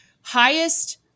highest